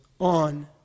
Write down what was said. on